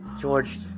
George